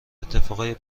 اتفاقای